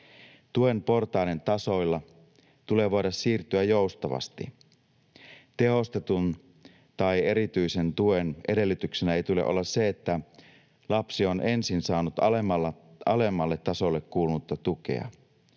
Tuen portaiden tasoilla tulee voida siirtyä joustavasti. Tehostetun tai erityisen tuen edellytyksenä ei tule olla se, että lapsi on ensin saanut alemmalle tasolle kuulunutta tukea